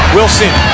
Wilson